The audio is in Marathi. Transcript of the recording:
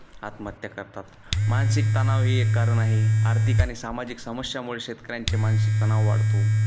आत्महत्या करतात मानसिक तणाव हेही एक कारण आहे आर्थिक आणि सामाजिक समस्येमुळे शेतकऱ्यांचा मानसिक तणाव वाढतो